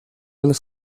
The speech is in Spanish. las